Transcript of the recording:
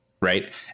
right